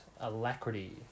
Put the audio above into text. alacrity